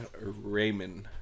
Raymond